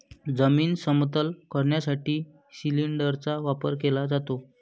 जमीन समतल करण्यासाठी सिलिंडरचा वापर केला जातो